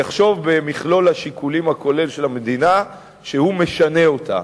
יחשוב במכלול השיקולים הכולל של המדינה שהוא משנה אותה.